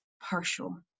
partial